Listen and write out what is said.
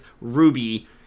ruby